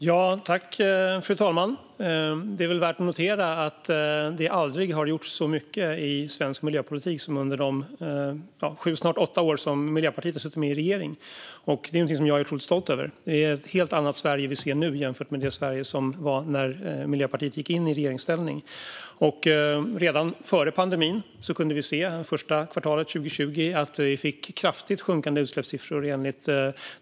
Fru talman! Det är väl värt att notera att det aldrig har gjorts så mycket i svensk miljöpolitik som under de sju snart åtta år som Miljöpartiet har suttit med i regeringen. Det är något jag är otroligt stolt över. Det är ett helt annat Sverige vi ser nu jämfört med det Sverige som var när Miljöpartiet gick in i regeringsställning. Redan före pandemin kunde vi enligt statistiken för första kvartalet 2020 se kraftigt sjunkande utsläppssiffror.